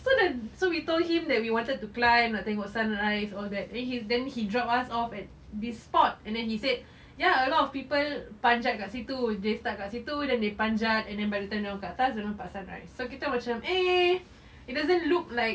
so the so we told him that we wanted to climb nak tengok sunrise all that and he then he dropped us off at this spot and he said ya a lot of people panjat kat situ they start kat situ then they panjat and then by the time dorang kat atas nampak sunrise so kita macam eh it doesn't look like